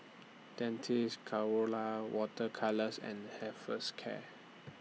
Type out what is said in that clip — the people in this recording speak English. Dentiste Colora Water Colours and